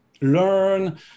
learn